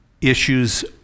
issues